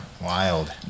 wild